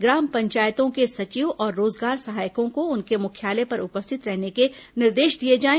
ग्राम पंचायतों के सचिव और रोजगार सहायकों को उनके मुख्यालय पर उपस्थित रहने के निर्देश दिए जाएं